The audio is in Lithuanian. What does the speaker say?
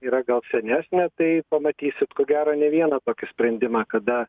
yra gal senesnė tai pamatysit ko gero ne vieną tokį sprendimą kada